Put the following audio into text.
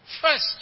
First